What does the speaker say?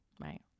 right